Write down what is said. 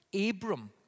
Abram